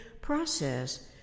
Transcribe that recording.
process